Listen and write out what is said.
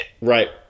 Right